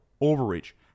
overreach